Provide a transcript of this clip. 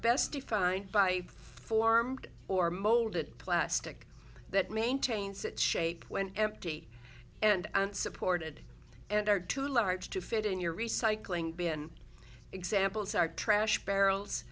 best defined by formed or molded plastic that maintains that shape when empty and unsupported and are too large to fit in your recycling bin examples are trash barrels